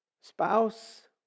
spouse